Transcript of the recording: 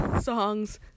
songs